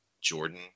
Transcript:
Jordan